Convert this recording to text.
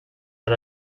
per